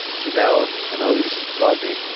jhenelle annaleece rodney.